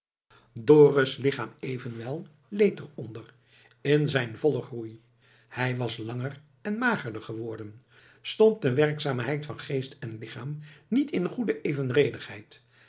dorus lichaam evenwel leed er onder in zijn vollen groei hij was langer en magerder geworden stond de werkzaamheid van geest en lichaam niet in goede